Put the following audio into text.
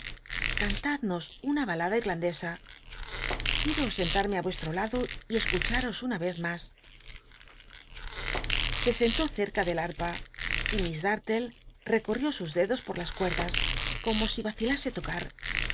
una balada il'land'csa quiero sentarme r vueslt'o lado y escucharos una vez mas se sentó cerca del arpa y miss dartle recorrió sus dedos por las cuedas r omo si vacilase toca